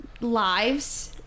lives